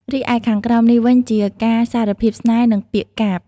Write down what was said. រីឯខាងក្រោមនេះវិញ ជាការសារភាពស្នេហ៍ និង ពាក្យកាព្យ។